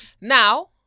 Now